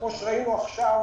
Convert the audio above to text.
כפי שראינו עכשיו